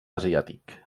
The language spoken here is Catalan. asiàtic